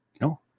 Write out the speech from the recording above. No